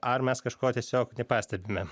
ar mes kažko tiesiog nepastebime